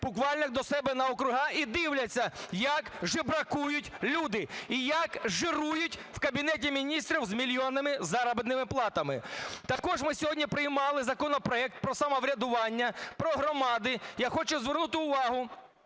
буквально до себе на округи і дивляться, як жебракують люди і як жирують в Кабінеті Міністрів з мільйонними заробітними платами. Також ми сьогодні приймали про самоврядування, про громади. Я хочу звернути увагу